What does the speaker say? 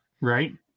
right